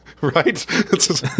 Right